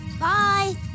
Bye